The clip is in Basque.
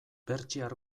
pertsiar